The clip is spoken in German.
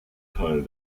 teil